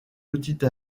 petite